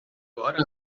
agora